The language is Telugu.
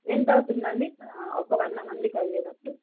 ఎంతవుతుందండి ఒక వంద మందికి అయ్యేటట్టు